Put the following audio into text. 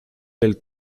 del